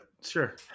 sure